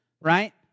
right